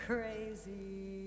Crazy